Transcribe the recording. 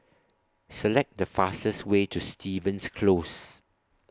Select The fastest Way to Stevens Close